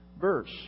verse